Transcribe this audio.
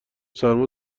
سرما